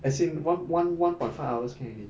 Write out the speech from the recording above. as in one one one point five hours can already